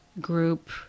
group